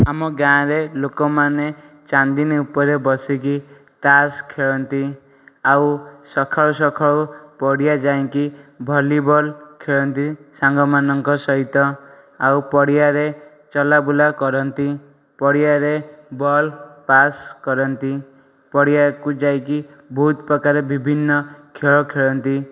ଆମ ଗାଁରେ ଲୋକମାନେ ଚାନ୍ଦିନୀ ଉପରେ ବସିକି ତାସ୍ ଖେଳନ୍ତି ଆଉ ସଖାଳୁ ସଖାଳୁ ପଡ଼ିଆ ଯାଇଁକି ଭଲିବଲ ଖେଳନ୍ତି ସାଙ୍ଗମାନଙ୍କ ସହିତ ଆଉ ପଡ଼ିଆରେ ଚଲାବୁଲା କରନ୍ତି ପଡ଼ିଆରେ ବଲ୍ ପାସ୍ କରନ୍ତି ପଡ଼ିଆକୁ ଯାଇକି ବହୁତପ୍ରକାର ବିଭିନ୍ନ ଖେଳ ଖେଳନ୍ତି